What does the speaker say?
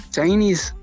Chinese